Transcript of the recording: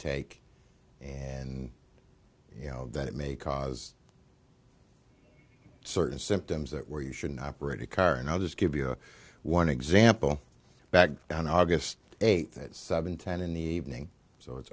take and you know that it may cause certain symptoms that where you shouldn't operate a car and i'll just give you one example back on august eighth at seven ten in the evening so it's